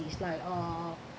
is like uh